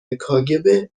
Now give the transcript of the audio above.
کاگب